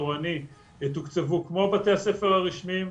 התורני יתוקצבו כמו בתי הספר הרשמיים,